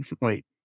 wait